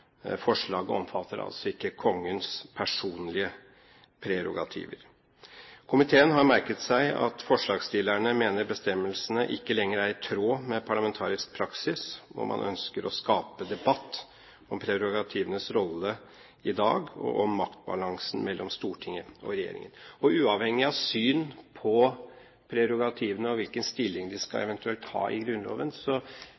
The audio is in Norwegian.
Forslaget omfatter altså ikke Kongens personlige prerogativer. Komiteen har merket seg at forslagsstillerne mener at bestemmelsene ikke lenger er i tråd med parlamentarisk praksis og derfor ønsker å skape debatt om prerogativenes rolle i dag og om maktbalansen mellom Stortinget og regjeringen. Og uavhengig av syn på prerogativene og hvilken stilling de eventuelt skal